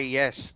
yes